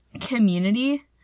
community